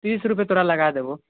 तीस रुपैए तोरा लगा देबौ